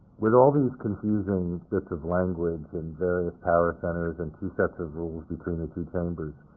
with all these confusing bits of language and various power centers and two sets of rules between the two chambers,